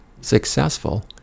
successful